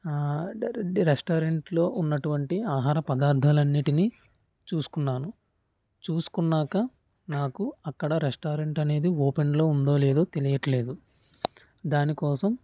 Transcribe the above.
order రెస్టారెంట్లో ఉన్నటువంటి ఆహార పదార్థాలు అన్నింటినీ చూసుకున్నాను చూసుకున్నాక నాకు అక్కడ రెస్టారెంట్ అనేది ఓపెన్లో ఉందో లేదో తెలియట్లేదు దాని కోసం